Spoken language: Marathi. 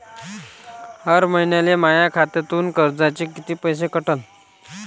हर महिन्याले माह्या खात्यातून कर्जाचे कितीक पैसे कटन?